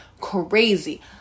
crazy